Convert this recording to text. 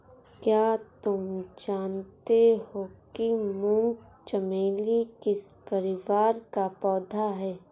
क्या तुम जानते हो कि मूंगा चमेली किस परिवार का पौधा है?